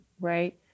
right